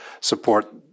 support